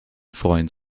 freund